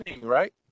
right